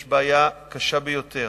יש בעיה קשה ביותר,